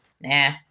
Nah